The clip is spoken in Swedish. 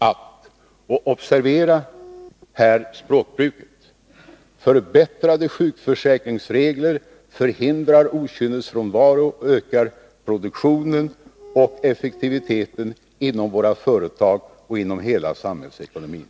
att, och observera här språkbruket, ”förbättrade sjukförsäkringsregler förhindrar okynnesfrånvaro och ökar produktionen och effektiviteten inom våra företag och inom hela samhällsekonomin”.